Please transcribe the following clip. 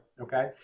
okay